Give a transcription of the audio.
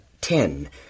ten